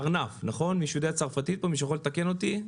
ארנב - מישהו יודע צרפתית או מישהו יכול לתקן אותי?